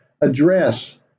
address